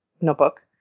notebook